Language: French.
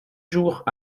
jours